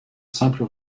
simple